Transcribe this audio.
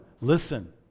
listen